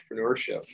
entrepreneurship